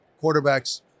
Quarterbacks